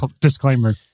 disclaimer